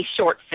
short